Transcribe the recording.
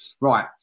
Right